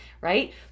right